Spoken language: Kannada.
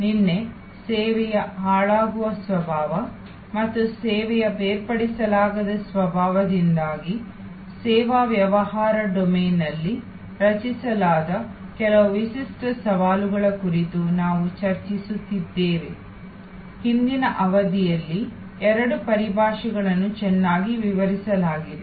ನಿನ್ನೆ ಸೇವೆಯ ಹಾಳಾಗುವ ಸ್ವಭಾವ ಮತ್ತು ಸೇವೆಯ ಬೇರ್ಪಡಿಸಲಾಗದ ಸ್ವಭಾವದಿಂದಾಗಿ ಸೇವಾ ವ್ಯವಹಾರ ಡೊಮೇನ್ನಲ್ಲಿ ರಚಿಸಲಾದ ಕೆಲವು ವಿಶಿಷ್ಟ ಸವಾಲುಗಳ ಕುರಿತು ನಾವು ಚರ್ಚಿಸುತ್ತಿದ್ದೇವೆ ಹಿಂದಿನ ಅವಧಿಗಳಲ್ಲಿ ಎರಡೂ ಪರಿಭಾಷೆಗಳನ್ನು ಚೆನ್ನಾಗಿ ವಿವರಿಸಲಾಗಿದೆ